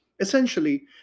Essentially